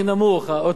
בואו נעשה זאת מסודר.